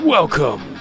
Welcome